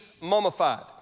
mummified